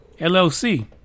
LLC